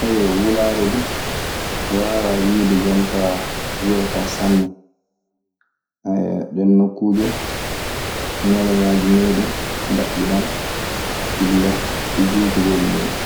Wakkatiiji ana wara, tawan wakkatiiji du ñalawma juutan sanne illa e jamma. Wakkatiiji ana wara tawa wakkatiiji duu, jamma woni ko ɓurata juutde.